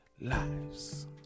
lives